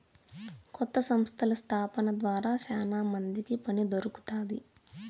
కొత్త సంస్థల స్థాపన ద్వారా శ్యానా మందికి పని దొరుకుతాది